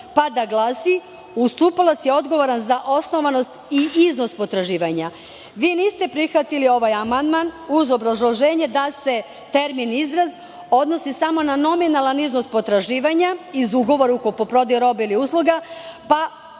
pa da glasi: "Ustupalac je odgovoran za osnovanost i iznos potraživanja".Vi niste prihvatili ovaj amandman, uz obrazloženje da se termin: "iznos" odnosi samo na nominalan iznos potraživanja iz ugovora o kupoprodaji roba ili usluga.